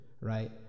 right